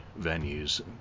venues